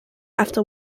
after